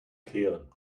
kehren